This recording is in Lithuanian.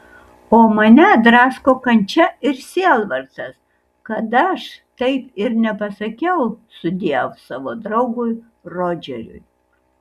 o mane drasko kančia ir sielvartas kad aš taip ir nepasakiau sudiev savo draugui rodžeriui